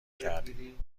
کردی